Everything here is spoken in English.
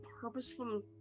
purposeful